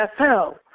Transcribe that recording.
NFL